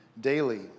daily